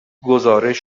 گزارش